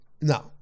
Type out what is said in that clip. No